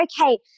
okay